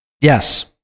Yes